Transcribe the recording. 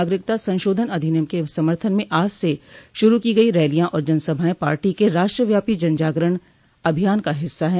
नागरिकता संशोधन अधिनियम के समर्थन में आज से श्रू की गई रैलियां और जनसभाएं पार्टी के राष्ट्र व्यापी जनजागरण अभियान का हिस्सा है